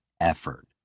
effort